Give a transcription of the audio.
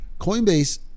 coinbase